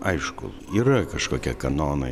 aišku yra kažkokie kanonai